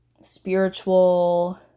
spiritual